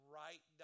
right